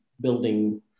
building